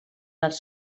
els